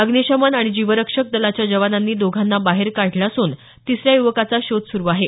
अग्निशमन आणि जीवरक्षक दलाच्या जवानांनी दोघांना बाहेर काढलं असून तिसऱ्या युवकाचा शोध सुरु आहे